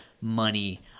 money